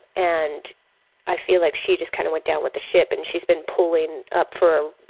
and i feel like she just kind of went down with the ship and she's been pulling up for,